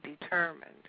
determined